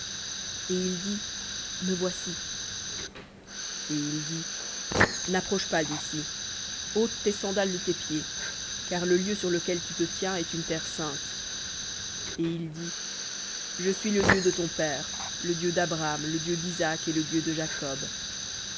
et il dit me voici et il dit n'approche pas d'ici ôte tes sandales de tes pieds car le lieu sur lequel tu te tiens est une terre sainte et il dit je suis le dieu de ton père le dieu d'abraham le dieu d'isaac et le dieu de jacob